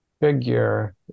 figure